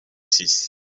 six